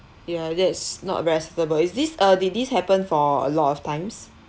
ya that's not very suitable is this uh did this happen for a lot of times